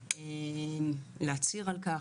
כנסת שמודעים ורוצים להרים את הנושא,